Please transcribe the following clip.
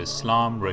Islam